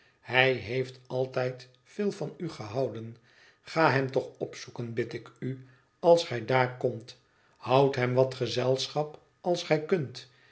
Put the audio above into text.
hij heeft altijd veel van u gehouden ga hem toch opzoeken bid ik u als gij daar komt houd hem wat gezelschap als gij kunt